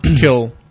kill